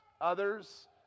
others